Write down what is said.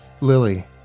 Lily